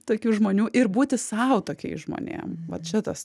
tokių žmonių ir būti sau tokiais žmonėm vat šitas